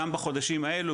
גם בחודשים האלו,